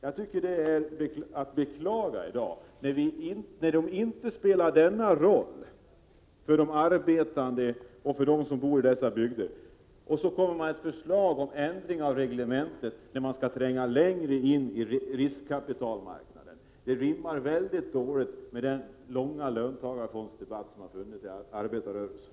Jag tycker att det är att beklaga att de inte spelar denna roll för dem som arbetar och bor i dessa bygder. I stället kommer man med ett förslag om ändring av reglementet, där fonderna skall tränga längre in i riskkapitalmarknaden. Detta rimmar mycket dåligt med tongångarna i den löntagarfondsdebatt som under lång tid har förts inom arbetarrörelsen.